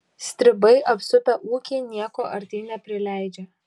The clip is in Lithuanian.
stribai apsupę ūkį nieko artyn neprileidžia